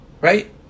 Right